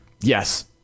Yes